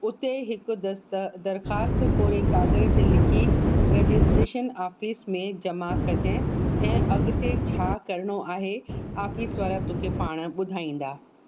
उते हिकु दस्त दरख़्वास्त कोरे काॻर ते लिखी रजिस्ट्रेशन ऑफिस में जमा कजे ऐं अॻिते छा करिणो आहे ऑफिस वारा तोखे पाण ॿुधाईंदा